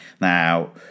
Now